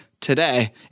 today